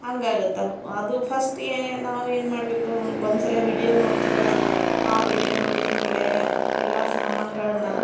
ಹಂಗಾಗತ್ತೆ ಅದು ಫಸ್ಟ್ ಎ ನಾವೇನು ಮಾಡಬೇಕು ಒಂದು ಸಲ ವಿಡಿಯೋ ನೋಡ್ತೀವಲ್ಲ ಆ ವೀಡಿಯೋ ನೋಡಿದಮೇಲೆ ಅವೆಲ್ಲ ಸಾಮಾನ್ಗಳನ್ನು